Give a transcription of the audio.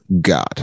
God